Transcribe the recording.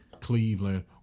Cleveland